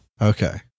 Okay